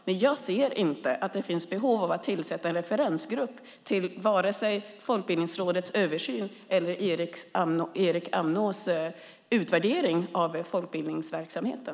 Men jag ser inte att det finns behov av att tillsätta en referensgrupp till vare sig Folkbildningsrådets översyn eller Erik Amnås utvärdering av folkbildningsverksamheten.